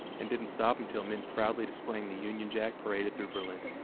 and didn't stop until men proudly displaying the union jack paraded through berlin.